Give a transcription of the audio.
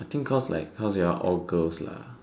think because like because you'all all girls lah